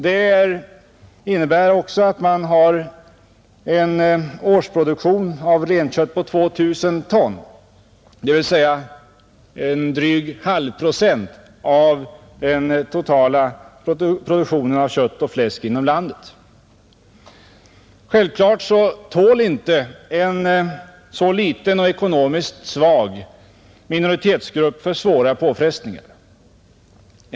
Det innebär en årsproduktion av renkött på 2 000 ton, dvs. en dryg halvprocent av den totala produktionen av kött och fläsk inom landet. Självklart tål inte en så liten och ekonomiskt svag minoritetsgrupp för svåra påfrestningar.